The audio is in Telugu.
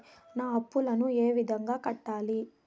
నా అప్పులను ఏ విధంగా కట్టాలి?